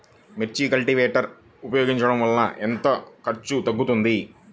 మిర్చి కల్టీవేటర్ ఉపయోగించటం వలన ఎంత ఖర్చు తగ్గుతుంది?